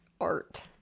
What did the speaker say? Art